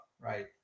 right